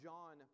John